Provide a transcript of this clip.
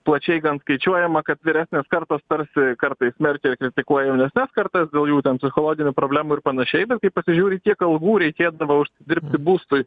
plačiai gan skaičiuojama kad vyresnės kartos tarsi kartais smerkia ir kritikuoju jaunesnes kartas dėl jų psichologinių problemų ir panašiai bet kai pasižiūri kiek algų reikėdavo užsidirbti būstui